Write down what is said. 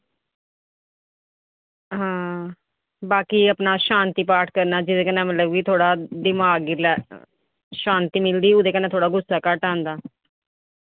ते बाकी अपना शांति पाठ करना ते कन्नै मतलब थोह्ड़ा दिमाग गी शांति दिंदी ते कन्नै गुस्सा घट्ट आंदा